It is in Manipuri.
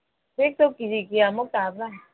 ꯕꯦꯛꯇꯣ ꯀꯦ ꯖꯤ ꯀꯌꯥꯃꯨꯛ ꯇꯥꯕ꯭ꯔꯥ